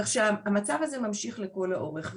כך שהמצב הזה ממשיך לכל האורך.